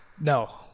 No